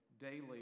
daily